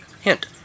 Hint